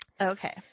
Okay